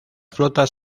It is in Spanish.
flotas